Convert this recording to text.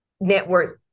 networks